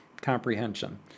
comprehension